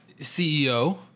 CEO